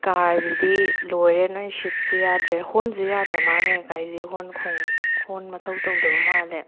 ꯀꯥꯔꯁꯤꯗꯤ ꯂꯣꯏꯔꯦ ꯅꯣꯏ ꯁꯤꯠꯁꯨ ꯌꯥꯗ꯭ꯔꯦ ꯍꯣꯔꯟꯁꯨ ꯌꯥꯗ꯭ꯔꯃꯥꯟꯅꯦ ꯀꯀꯥꯒꯤꯁꯦ ꯍꯣꯔꯟ ꯈꯣꯡ ꯍꯣꯔꯟ ꯃꯊꯧ ꯇꯧꯗꯕ ꯃꯥꯜꯂꯦ